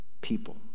people